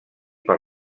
per